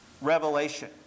revelation